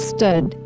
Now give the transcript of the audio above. Stud